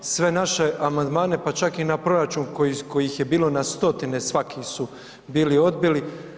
Sve naše amandmane, pa čak i na proračun kojih je bilo na stotine, svaki su bili odbili.